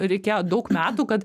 reikėjo daug metų kad